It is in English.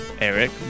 Eric